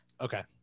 Okay